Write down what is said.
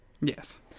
Yes